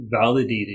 validated